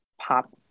pop